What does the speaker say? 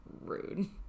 Rude